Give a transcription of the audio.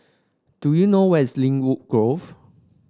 do you know where is Lynwood Grove